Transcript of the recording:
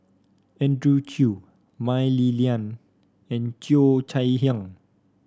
Andrew Chew Mah Li Lian and Cheo Chai Hiang